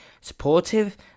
supportive